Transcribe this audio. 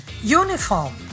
Uniform